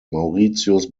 mauritius